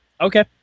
Okay